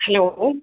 hello